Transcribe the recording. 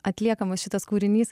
atliekamas šitas kūrinys